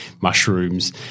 mushrooms